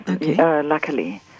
luckily